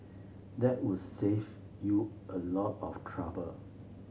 that would save you a lot of trouble